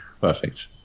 Perfect